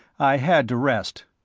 i had to rest.